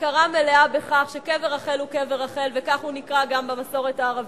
הכרה מלאה בכך שקבר רחל הוא קבר רחל וכך הוא נקרא גם במסורת הערבית,